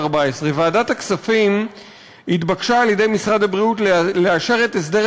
ועדת הכספים התבקשה על-ידי משרד הבריאות לאשר את הסדרי